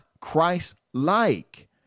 Christ-like